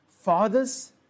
Fathers